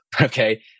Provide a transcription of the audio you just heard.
Okay